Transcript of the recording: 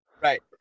Right